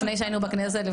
לפני שהיינו בכנסת.